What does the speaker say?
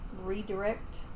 redirect